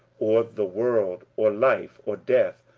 or the world, or life, or death,